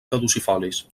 caducifolis